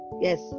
Yes